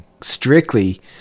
strictly